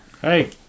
Hey